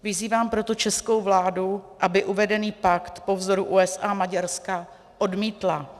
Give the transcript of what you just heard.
Vyzývám proto českou vládu, aby uvedený pakt po vzoru USA a Maďarska odmítla.